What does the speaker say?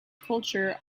culture